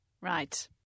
Right